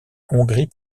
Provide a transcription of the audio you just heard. hongrie